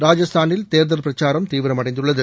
ராஜஸ்தானில் தேர்தல் பிரச்சாரம் தீவிரமடைந்துள்ளது